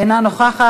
אינה נוכחת.